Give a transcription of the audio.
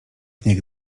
niech